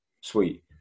Sweet